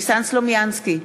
ניסן סלומינסקי,